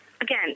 Again